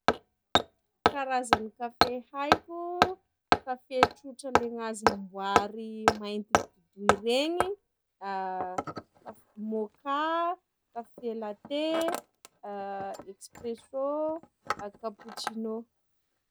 Karazagny kafe haiko: kafe trotra le gnazy amboary mainty bodoy regny, kaf- môka, kafe late, expresso, acapuccino.